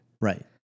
right